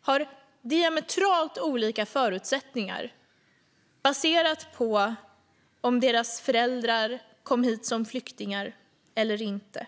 har diametralt olika förutsättningar, baserat på om deras föräldrar kommit hit som flyktingar eller inte.